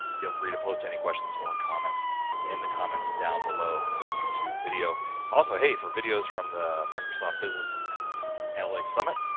feel free to post any questions or comments in the comments down below the youtube video also. hey, for videos from the microsoft business analytics summit,